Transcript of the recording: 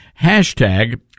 Hashtag